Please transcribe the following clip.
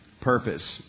purpose